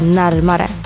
närmare